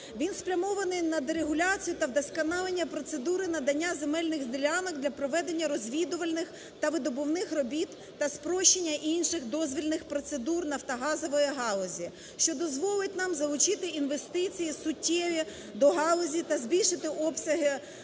Він спрямований на дерегуляцію та вдосконалення процедури надання земельних ділянок для проведення розвідувальних та видобувних робіт, та спрощення інших дозвільних процедур нафтогазової галузі, що дозволить нам залучити інвестиції суттєві до галузі та збільшити обсяги видобутку